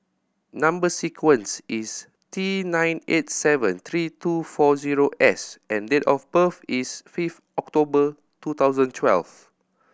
number sequence is T nine eight seven three two four zero S and date of birth is fifth October two thousand twelfth